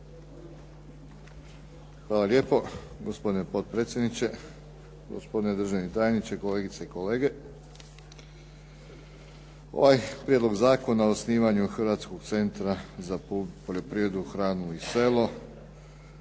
Hvala lijepo gospodine potpredsjedniče. Gospodine državni tajniče, kolegice i kolege. Ovaj Prijedlog zakona o osnivanju Hrvatskog centra za poljoprivrednu hranu i selo